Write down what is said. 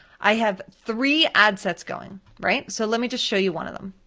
i have three ad sets going, right, so let me just show you one of them.